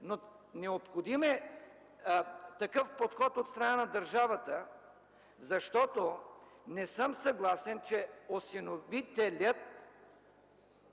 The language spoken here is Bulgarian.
Необходим е такъв подход от страна на държавата, защото не съм съгласен, че осиновителят